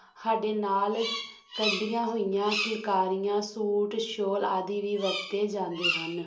ਸਾਡੇ ਨਾਲ ਕੱਢੀਆਂ ਹੋਈਆਂ ਫੁਲਕਾਰੀਆਂ ਸੂਟ ਸੋਲ ਆਦਿ ਵੀ ਵਰਤੇ ਜਾਂਦੇ ਹਨ